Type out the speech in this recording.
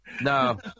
No